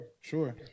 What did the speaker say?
sure